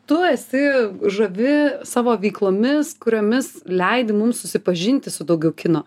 tu esi žavi savo veiklomis kuriomis leidi mums susipažinti su daugiau kino